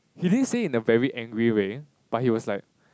he didn't say in a very angry way but he was like